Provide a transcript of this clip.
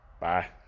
Bye